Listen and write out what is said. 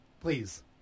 please